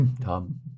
Tom